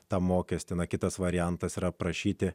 tą mokestį kitas variantas yra prašyti